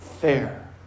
fair